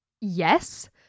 Yes